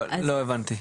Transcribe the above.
לא הבנתי.